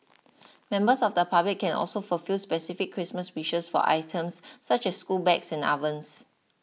members of the public can also fulfil specific Christmas wishes for items such as school bags and ovens